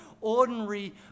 ordinary